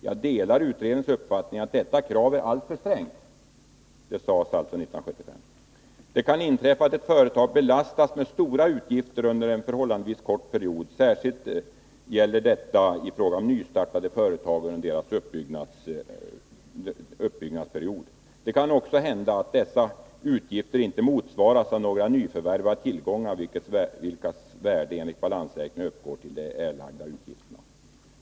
Jag delar utredningens uppfattning att detta krav är alltför strängt.” Det sades alltså 1975. ”Det kan inträffa att ett företag belastas med stora utgifter under en förhållandevis kort period. Särskilt gäller detta i fråga om nystartade företag under deras uppbyggnadsperiod. Det kan också hända att dessa utgifter inte motsvaras av några nyförvärvade tillgångar vilkas värde enligt balansräkningen uppgår till de erlagda utgifterna.